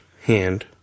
Hand